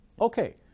Okay